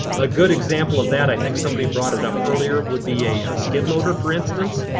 a good example of that, i think somebody brought it up earlier, would be a skid loader for instance.